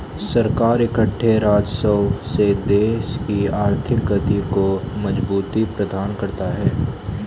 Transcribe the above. सरकार इकट्ठे राजस्व से देश की आर्थिक गति को मजबूती प्रदान करता है